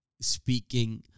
speaking